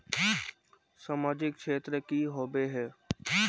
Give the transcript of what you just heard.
सामाजिक क्षेत्र की होबे है?